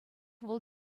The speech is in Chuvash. вӑл